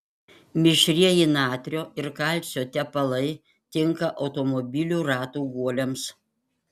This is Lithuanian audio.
mišrieji natrio ir kalcio tepalai tinka automobilių ratų guoliams